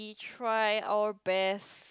try our best